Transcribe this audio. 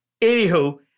anywho